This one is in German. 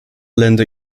länder